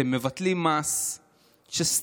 אתם מבטלים מס סתם,